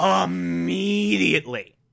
immediately